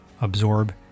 absorb